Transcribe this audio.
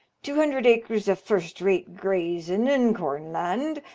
two hundred acres of first-rate grazin' and cornland,